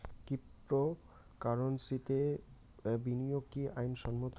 ক্রিপ্টোকারেন্সিতে বিনিয়োগ কি আইন সম্মত?